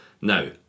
Now